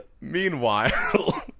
Meanwhile